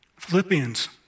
Philippians